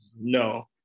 no